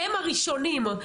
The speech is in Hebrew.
הם הראשונים,